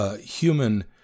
human